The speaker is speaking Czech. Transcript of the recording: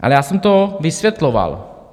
Ale já jsem to vysvětloval.